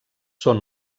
són